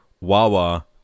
Wawa